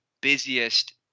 busiest